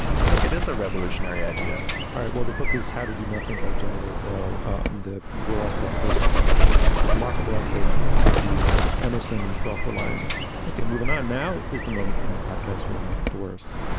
i think it is a revolutionary idea all right. well, the book is how to do nothing by jenny o'dell. and we'll also post to the remarkable essay in the paris review about emerson and self-reliance. ok, moving on, now is the moment in the podcast where we endorse.